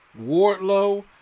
Wardlow